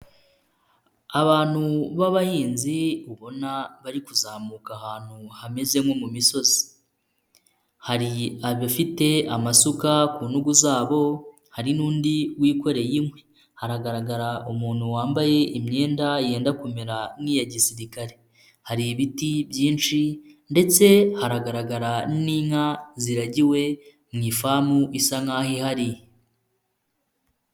Abantu b'abahinzi ubona bari kuzamuka ahantu hameze nko mu misozi, hari abafite amasuka ku ntugu zabo hari n'undi wikoreye inkwi, hagaragara umuntu wambaye imyenda yenda kumera nk'iya gisirikare, hari ibiti byinshi ndetse haragaragara n'inka ziragiwe mu ifamu isa nk'aho ihari.